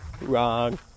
Wrong